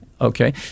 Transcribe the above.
okay